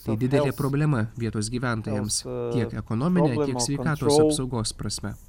tai didelė problema vietos gyventojams tiek ekonomine tiek sveikatos apsaugos prasme